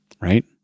right